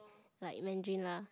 like Mandarin lah